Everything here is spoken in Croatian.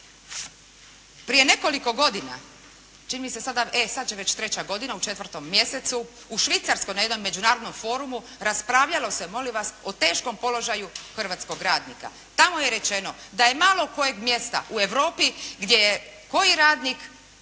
Prije nekoliko godina, čini mi se sada već treća godina u četvrtom mjesecu, u Švicarskoj na jednom međunarodnom forumu raspravljalo se molim vas, o teškom položaju hrvatskog radnika. Tamo je rečeno da je malo kojeg mjesta u Europi gdje je koji radnik